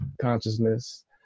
consciousness